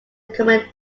coming